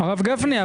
הרבה גפני,